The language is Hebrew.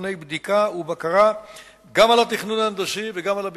מכוני בדיקה ובקרה גם על התכנון ההנדסי וגם על הביצוע.